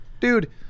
dude